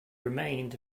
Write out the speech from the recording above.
remained